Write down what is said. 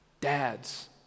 Dads